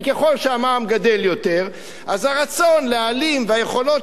כי ככל שהמע"מ גדל יותר אז הרצון להעלים גדל והיכולות